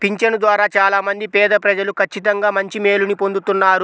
పింఛను ద్వారా చాలా మంది పేదప్రజలు ఖచ్చితంగా మంచి మేలుని పొందుతున్నారు